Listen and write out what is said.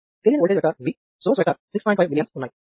తెలియని voltage vector V source vector 6